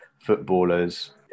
footballers